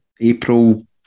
April